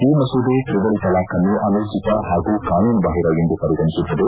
ಈ ಮಸೂದೆ ತ್ರಿವಳಿ ತಲಾಖ್ ಅನ್ನು ಅನೂರ್ಜಿತ ಹಾಗೂ ಕಾನೂನುಬಾಹಿರ ಎಂದು ಪರಿಗಣಿಸುತ್ತದೆ